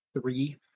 Three